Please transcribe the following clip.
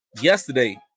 yesterday